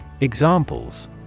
Examples